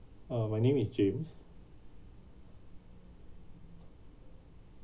uh my name is james